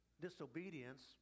disobedience